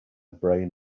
brain